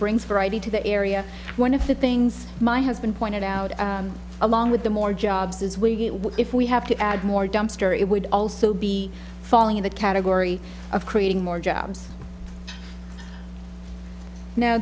brings variety to the area one of the things my husband pointed out along with the more jobs as we get if we have to add more dumpster it would also be falling in the category of creating more jobs now